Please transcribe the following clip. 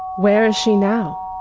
where she now?